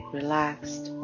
relaxed